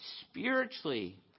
spiritually